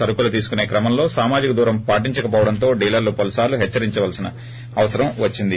సరకులు తీసుకునే క్రమంలో సామాజిక దూరం పాటించకవోవడంతో డీలర్లు పలు సార్లు హెచ్చరించవలసి వచ్చింది